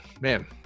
man